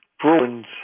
Bruins